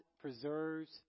preserves